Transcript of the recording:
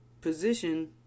position